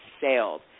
sailed